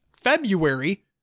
February